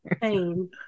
pain